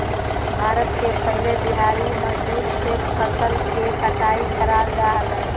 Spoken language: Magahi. भारत में पहले दिहाड़ी मजदूर से फसल के कटाई कराल जा हलय